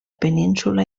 península